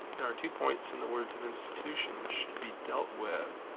there are two points in the words of institution which should be dealt with.